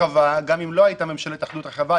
גם אם לא הייתה ממשלת אחדות רחבה,